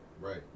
Right